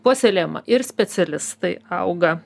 puoselėjama ir specialistai auga